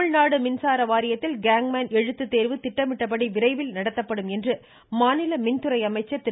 தமிழ்நாடு மின்சார வாரியத்தில் கேங்மென் எழுத்து தேர்வு திட்டமிட்டப்படி விரைவில் நடத்தப்படும் என்று மாநில மின்துறை அமைச்சர் திரு